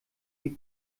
die